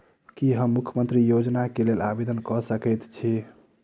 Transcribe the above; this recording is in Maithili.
की हम मुख्यमंत्री योजना केँ लेल आवेदन कऽ सकैत छी?